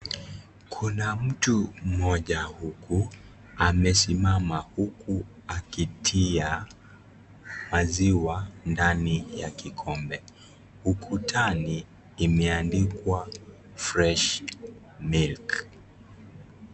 Kuna mtu mmoja huku amesimama huku akitia maziwa ndani ya kikombe ,ukutani imeandikwa fresh milk .